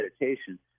meditation